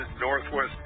Northwest